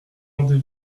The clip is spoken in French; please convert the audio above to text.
rendez